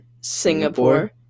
Singapore